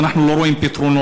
ואנחנו לא רואים פתרונות,